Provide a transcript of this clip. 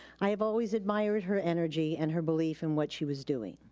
i have always admired her energy and her belief in what she was doing.